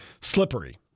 slippery